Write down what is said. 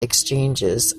exchanges